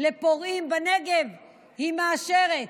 לפורעים בנגב היא מאשרת.